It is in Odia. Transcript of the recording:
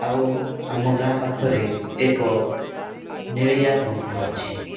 ଆଉ ଆମ ଗାଁ ପାଖରେ ଏକ ନେଳିଆ ବନ୍ଧ ଅଛି